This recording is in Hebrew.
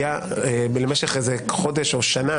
למשך חודש או שנה,